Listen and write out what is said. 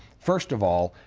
first of all,